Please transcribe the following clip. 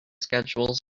schedules